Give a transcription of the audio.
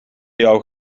jouw